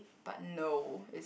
but no is